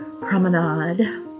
promenade